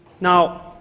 Now